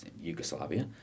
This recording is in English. Yugoslavia